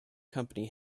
company